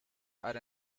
are